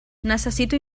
necessito